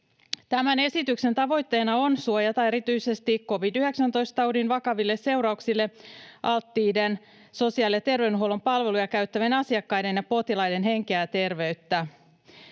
Tämän esityksen tavoitteena on suojata erityisesti covid-19-taudin vakaville seurauksille alttiiden, sosiaali‑ ja terveydenhuollon palveluja käyttävien asiakkaiden ja potilaiden henkeä ja terveyttä.